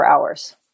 hours